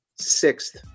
sixth